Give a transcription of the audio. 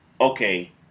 okay